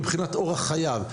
מבחינת אורח חייו.